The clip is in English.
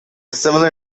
similar